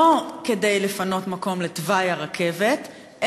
ולא כדי לפנות מקום לתוואי הרכבת,